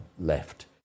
left